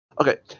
Okay